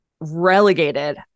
Relegated